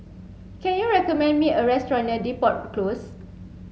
can you recommend me a restaurant near Depot Close